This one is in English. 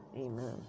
amen